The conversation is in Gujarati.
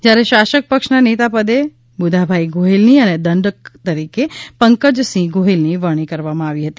જ્યારે શાસક પક્ષના નેતાપદે બુધાભાઇ ગોહિલની અને દંડક કરીકે પંકજ સિંહ ગોહિલની વરણી કરવામાં આવી હતી